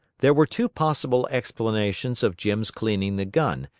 there were two possible explanations of jim's cleaning the gun,